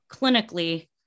clinically